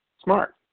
smart